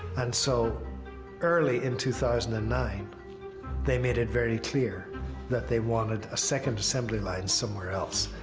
and so early in two thousand and nine they made it very clear that they wanted a second assembly line somewhere else.